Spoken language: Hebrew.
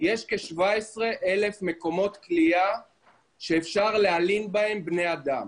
יש כ-17,000 מקומות כליאה שאפשר להלין בהם בני אדם.